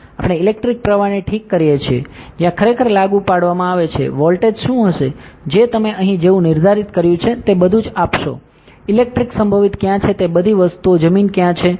આપણે ઇલેક્ટ્રિક પ્રવાહને ઠીક કરીએ છીએ જ્યાં ખરેખર લાગુ પાડવામાં આવે છે વોલ્ટેજ શું હશે જે તમે અહીં જેવું નિર્ધારિત કર્યું છે તે બધું જ આપશો ઇલેક્ટ્રિક સંભવિત ક્યાં છે તે બધી વસ્તુઓ જમીન ક્યાં છે